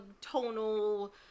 tonal